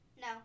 No